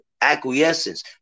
acquiescence